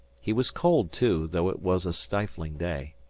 he was cold, too, though it was a stifling day.